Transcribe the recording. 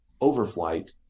overflight